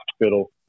hospital